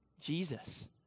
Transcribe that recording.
Jesus